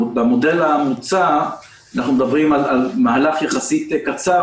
במודל המוצע אנחנו מדברים על מהלך קצר יחסית